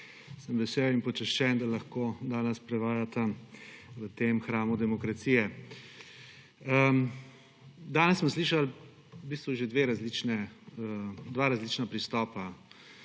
Sem vesel in počaščen, da lahko danes prevaja v tem hramu demokracije. Danes smo slišali v bistvu že dva različna pristopa